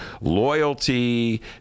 loyalty